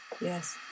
Yes